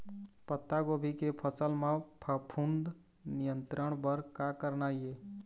पत्तागोभी के फसल म फफूंद नियंत्रण बर का करना ये?